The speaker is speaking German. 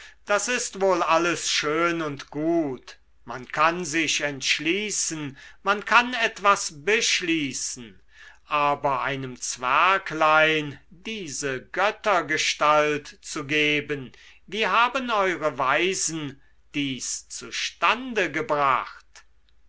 das ist wohl alles schön und gut man kann sich entschließen man kann etwas beschließen aber einem zwerglein diese göttergestalt zu geben wie haben eure weisen dies zustande gebracht